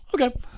okay